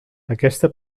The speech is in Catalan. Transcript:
aquesta